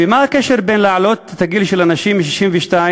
ומה הקשר בין העלאת גיל הפרישה של הנשים מ-62,